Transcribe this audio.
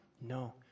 No